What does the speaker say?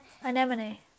Anemone